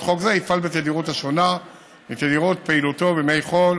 חוק זה יפעל בתדירות השונה מתדירות פעילותו בימי חול,